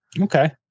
Okay